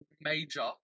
major